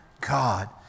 God